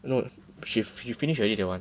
no she she finish already that one